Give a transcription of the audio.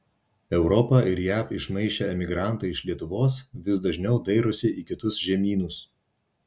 europą ir jav išmaišę emigrantai iš lietuvos vis dažniau dairosi į kitus žemynus